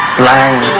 blind